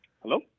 Hello